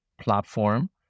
platform